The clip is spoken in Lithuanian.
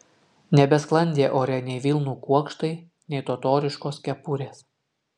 nebesklandė ore nei vilnų kuokštai nei totoriškos kepurės